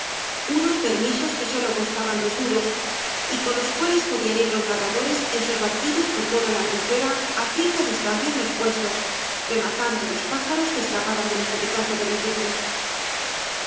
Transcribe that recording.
unos permisos que sólo costaban dos duros y con los cuales podían ir los labradores en sus barquitos por toda la albufera á cierta distancia de los puestos rematando los pájaros que escapaban del escopetazo de los ricos los